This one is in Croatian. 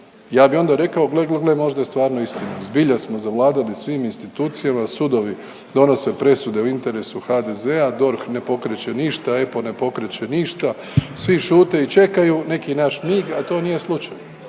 Ja bih onda rekao, gle, gle, gle, možda je stvarno istina, zbilja smo zavladala svim institucijama, sudovi donose presude u interesu HDZ-a, DORH ne pokreće ništa, EPPO ne pokreće ništa, svi šute i čekaju neki naš mig, a to nije slučaj.